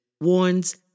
warns